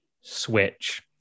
switch